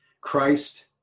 Christ